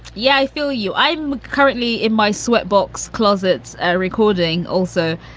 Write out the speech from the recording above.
yeah. i feel you i'm currently in my sweatbox closet ah recording also,